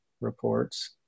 reports